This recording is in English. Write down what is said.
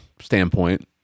standpoint